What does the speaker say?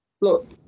look